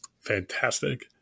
fantastic